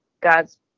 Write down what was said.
God's